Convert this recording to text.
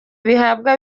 bihabwa